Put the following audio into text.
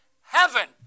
heaven